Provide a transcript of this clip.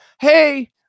hey